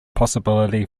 possibility